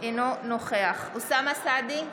אינו נוכח אוסאמה סעדי,